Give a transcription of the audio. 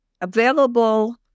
available